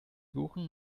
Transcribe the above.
buchen